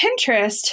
Pinterest